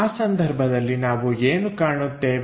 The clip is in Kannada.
ಆ ಸಂದರ್ಭದಲ್ಲಿ ನಾವು ಏನು ಕಾಣುತ್ತೇವೆ